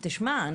תשמע,